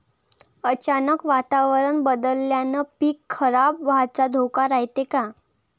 अचानक वातावरण बदलल्यानं पीक खराब व्हाचा धोका रायते का?